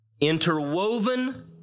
interwoven